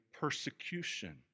persecution